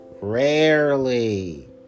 Rarely